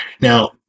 Now